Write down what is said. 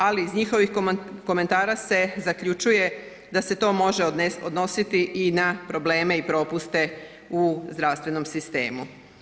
Ali iz njihovih komentara se zaključuje da se to može odnositi i na probleme i propuste u zdravstvenom sistemu.